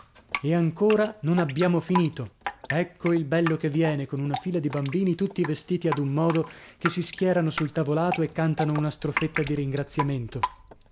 e ancora non abbiamo finito ecco il bello che viene con una fila di bambini tutti vestiti ad un modo che si schierano sul tavolato e cantano una strofetta di ringraziamento